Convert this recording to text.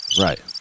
Right